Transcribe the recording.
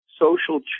social